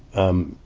um,